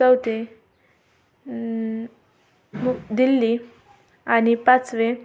चौथे मु दिल्ली आणि पाचवे